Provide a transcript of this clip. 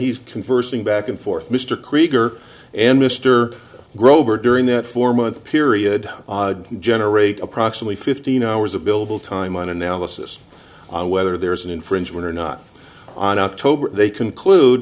he's conversing back and forth mr krieger and mr grover during that four month period generate approximately fifteen hours of build the time on analysis on whether there is an infringement or not on october they conclude